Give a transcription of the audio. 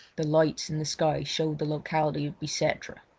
the lights in the sky showed the locality of bicetre.